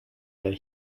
that